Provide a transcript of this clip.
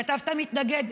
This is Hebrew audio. כתבת "מתנגד".